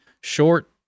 short